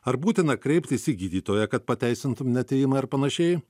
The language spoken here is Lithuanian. ar būtina kreiptis į gydytoją kad pateisintum neatėjimą ir panašiai